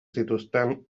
zituzten